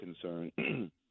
concern